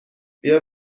بیا